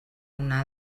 una